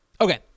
Okay